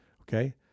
Okay